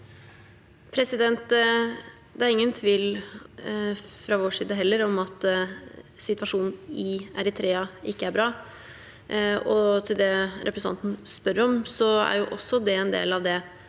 Det er heller ingen tvil fra vår side om at situasjonen i Eritrea ikke er bra. Til det representanten spør om, er også det en del av det